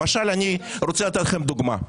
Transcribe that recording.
למשל אני רוצה לתת לכם דוגמה.